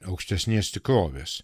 aukštesnės tikrovės